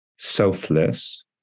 selfless